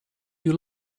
you